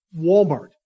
Walmart